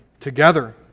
Together